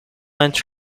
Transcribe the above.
length